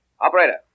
Operator